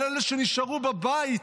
על אלה שנשארו בבית,